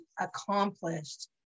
accomplished